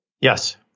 Yes